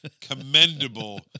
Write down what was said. commendable